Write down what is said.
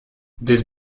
this